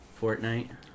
Fortnite